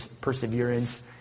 perseverance